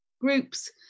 groups